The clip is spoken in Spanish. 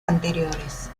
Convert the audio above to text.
anteriores